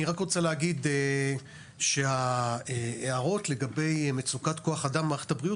אני רק רוצה להגיד שההערות לגבי מצוקת כוח האדם במערכת הבריאות,